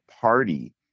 party